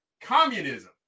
communism